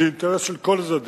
זה אינטרס של כל הצדדים,